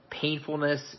painfulness